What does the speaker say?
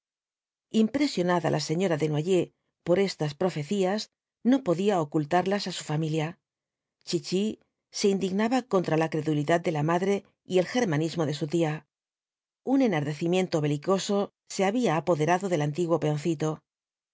impresionada la señora desnoyers por estas profeíías no podía ocultarlas á su familia chichi se indignaba contra la credulidad de la madre y el germanismo de su tía un enardecimiento belicoso se había apoderado del antiguo cpeoncito